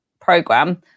program